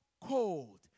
cold